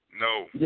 No